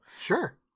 Sure